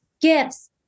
gifts